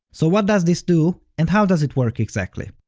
so what does this do and how does it work exactly?